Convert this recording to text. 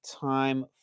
time